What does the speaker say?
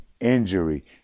injury